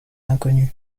inconnue